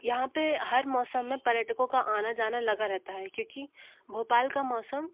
यहाँ पर हर मौसम में पर्यटकों का आना जाना लगा रहता है क्योंकि भोपाल का मौसम